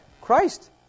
Christ